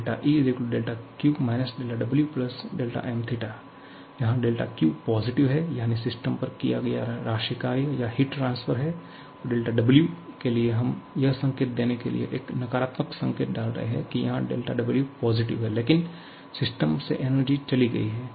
ΔE δQ − δW δmθ जहां Q positive है यानी सिस्टम पर किया गया राशि कार्य या हीट ट्रांसफर है और W के लिए हम यह संकेत देने के लिए एक नकारात्मक संकेत डाल रहे हैं कि यहां W पॉजिटिव है लेकिन सिस्टम से एनर्जी चली गई है